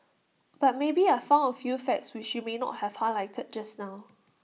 but maybe I found A few facts which you may not have highlighted just now